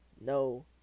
no